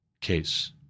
case